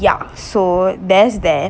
ya so there's that